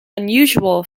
unusual